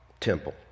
temple